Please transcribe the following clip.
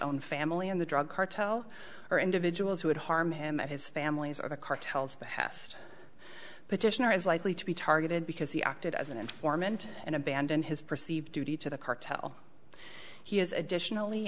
own family and the drug cartel or individuals who would harm him and his families or the cartels behest petitioner is likely to be targeted because he acted as an informant and abandon his perceived duty to the cartel he is additionally